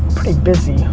pretty busy.